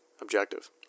objective